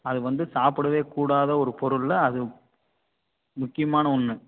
அது வந்து சாப்பிடவே கூடாத ஒரு பொருளில் அது முக்கியமான ஒன்று